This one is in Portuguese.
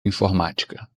informática